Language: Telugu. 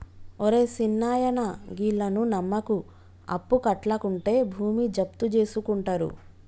ఒరే సిన్నాయనా, గీళ్లను నమ్మకు, అప్పుకట్లకుంటే భూమి జప్తుజేసుకుంటరు